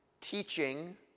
teaching